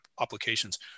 applications